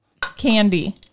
candy